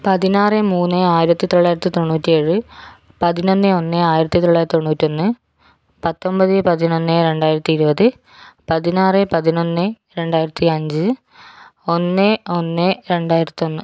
പതിനാറ് മൂന്ന് ആയിരത്തി തൊള്ളായിരത്തി തൊണ്ണൂറ്റി ഏഴ് പതിനൊന്ന് ഒന്ന് ആയിരത്തി തൊള്ളായിരത്തി തൊണ്ണൂറ്റി ഒന്ന് പത്തൊൻപത് പതിനൊന്ന് രണ്ടായിരത്തി ഇരുപത് പതിനാറ് പതിനൊന്ന് രണ്ടായിരത്തി അഞ്ച് ഒന്ന് ഒന്ന് രണ്ടായിരത്തി ഒന്ന്